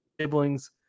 siblings